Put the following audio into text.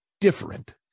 different